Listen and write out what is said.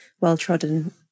well-trodden